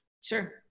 Sure